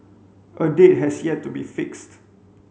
a date has yet to be fixed